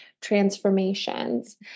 transformations